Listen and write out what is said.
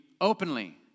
openly